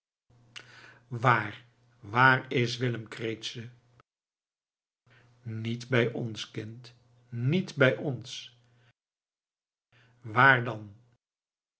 waar waar is willem kreet ze niet bij ons kind niet bij ons waar dan